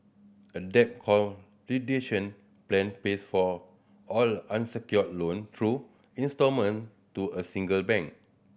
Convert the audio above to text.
a debt plan pays for all unsecured loan through instalment to a single bank